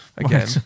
again